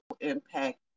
impact